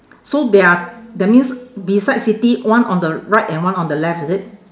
so there are that means beside city one on the right and one on the left is it